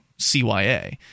CYA